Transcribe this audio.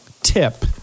tip